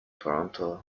toronto